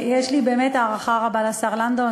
ויש לי באמת הערכה רבה לשר לנדאו,